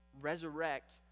resurrect